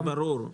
זה ברור.